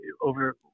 over